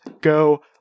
go